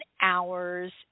hours